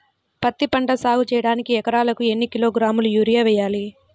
పత్తిపంట సాగు చేయడానికి ఎకరాలకు ఎన్ని కిలోగ్రాముల యూరియా వేయాలి?